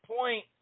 point